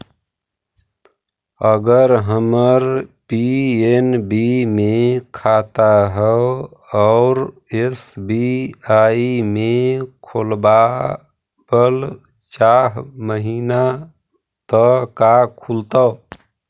अगर हमर पी.एन.बी मे खाता है और एस.बी.आई में खोलाबल चाह महिना त का खुलतै?